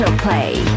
play